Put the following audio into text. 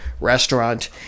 restaurant